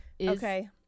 Okay